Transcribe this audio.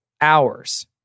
hours